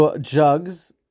jugs